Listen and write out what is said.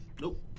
Nope